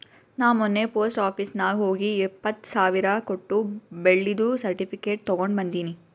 ನಾ ಮೊನ್ನೆ post office ನಾಗ್ ಹೋಗಿ ಎಪ್ಪತ್ ಸಾವಿರ್ ಕೊಟ್ಟು ಬೆಳ್ಳಿದು ಸರ್ಟಿಫಿಕೇಟ್ ತಗೊಂಡ್ ಬಂದಿನಿ